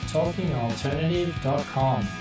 TalkingAlternative.com